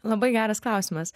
labai geras klausimas